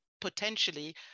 potentially